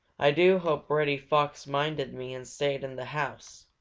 i do hope reddy fox minded me and stayed in the house,